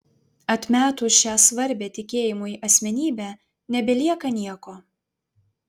atmetus šią svarbią tikėjimui asmenybę nebelieka nieko